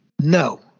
No